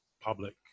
public